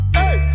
hey